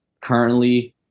currently